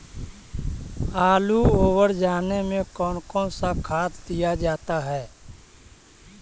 आलू ओवर जाने में कौन कौन सा खाद दिया जाता है?